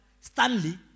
Stanley